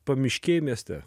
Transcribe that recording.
pamiškėj mieste